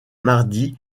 mardi